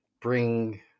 bring